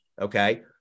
Okay